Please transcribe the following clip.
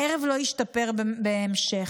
הערב לא השתפר בהמשך.